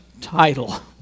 title